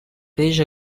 peix